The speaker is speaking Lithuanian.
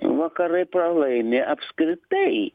vakarai pralaimi apskritai